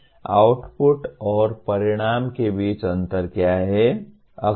output और परिणाम के बीच अंतर क्या है